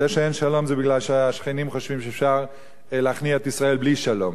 וזה שאין שלום זה מפני שהשכנים חושבים שאפשר להכניע את ישראל בלי שלום.